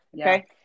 Okay